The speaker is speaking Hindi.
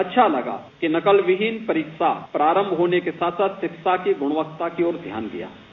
अच्छा लगा कि नकलविहीन परीक्षा प्रारम्भ होने को साथ साथ शिक्षा की गुणवत्ता की ओर ध्यान दिया जाये